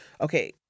Okay